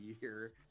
year